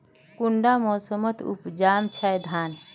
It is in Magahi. कुंडा मोसमोत उपजाम छै धान?